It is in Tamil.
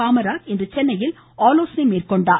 காமராஜ் இன்று சென்னையில் ஆலோசனை மேற்கொண்டார்